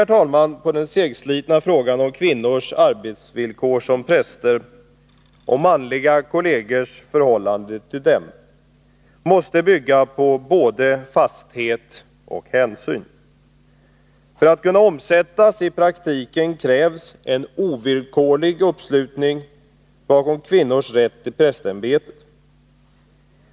En lösning på den segslitna frågan om kvinnors arbetsvillkor som präster och manliga kollegers förhållande till dem måste bygga på både fasthet och hänsyn. För att reglerna skall kunna omsättas i praktiken krävs en ovillkorlig uppslutning bakom kvinnors rätt till prästämbetet.